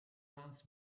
runs